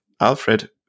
Alfred